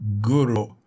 guru